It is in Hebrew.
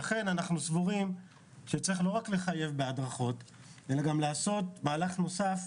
לכן אנחנו סבורים שצריך לא רק לחייב בהדרכות אלא גם לעשות מהלך נוסף,